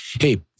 hey